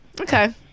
okay